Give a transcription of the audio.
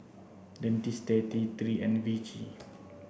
Dentiste T three and Vichy